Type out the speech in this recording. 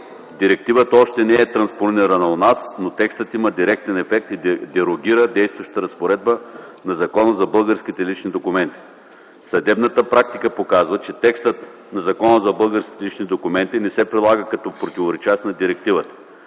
Директивата още не е транспонирана у нас, но текстът има директен ефект и дерогира действащата разпоредба на Закона за българските лични документи. Съдебната практика показва, че текстът на Закона за българските лични документи не се прилага като противоречащ на Директивата.